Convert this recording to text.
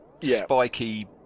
spiky